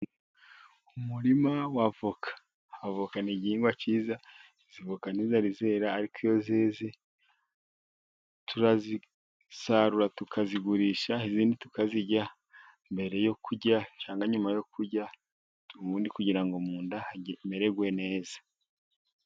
Umurima wa voka, avokana ni igihingwa cyiza. Izi voka ntizirera, ariko iyo zeze turazisarura tukazigurisha, izindi tukazirya mbere yo kurya cyangwa nyuma yo kurya, ubundi kugira mu nda hamererwe neza.